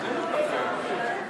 תוספת שנתית לסל שירותי הבריאות),